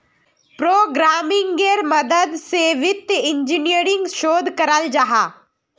प्रोग्रम्मिन्गेर मदद से वित्तिय इंजीनियरिंग शोध कराल जाहा